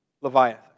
Leviathan